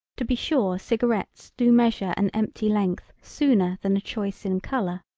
to be sure cigarettes do measure an empty length sooner than a choice in color.